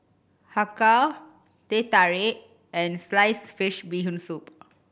Har Kow Teh Tarik and sliced fish Bee Hoon Soup